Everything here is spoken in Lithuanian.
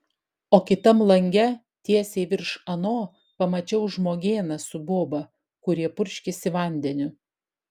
o kitam lange tiesiai virš ano pamačiau žmogėną su boba kurie purškėsi vandeniu